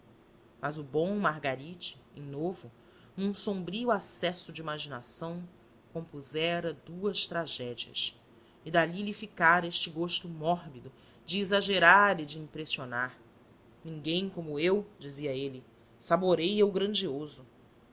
o bom margaride em novo num sombrio acesso de imaginação compusera duas tragédias e dai lhe ficara este gosto mórbido de exagerar e de impressionar ninguém como eu dizia ele saboreia o grandioso